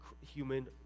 human